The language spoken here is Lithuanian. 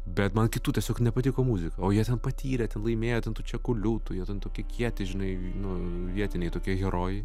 bet man kitų tiesiog nepatiko muzika o jie ten patyrę ten laimėję ten tų čekų liūtų jie ten tokie kieti žinai nu vietiniai tokie herojai